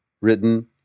written